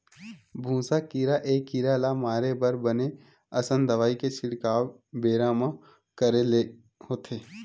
भूसा कीरा ए कीरा ल मारे बर बने असन दवई के छिड़काव बेरा म करे ले होथे